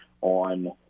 on